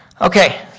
Okay